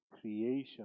creation